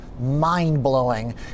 Mind-blowing